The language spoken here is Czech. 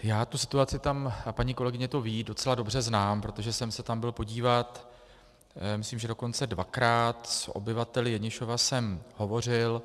Já tu situaci tam, a paní kolegyně to ví, docela dobře znám, protože jsem se tam byl podívat, dokonce dvakrát, s obyvateli Jenišova jsem hovořil.